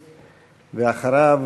ואחריו,